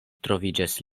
troviĝas